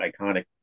iconic